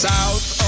South